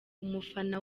umufana